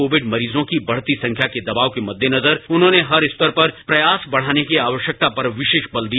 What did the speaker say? Covid मरीजों की बढ़ती संख्या के दबाव के महेनजर उन्होंने हर स्तर पर प्रयास बढ़ाने की आवश्यकता पर विशेष बल दिया